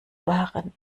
waren